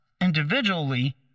individually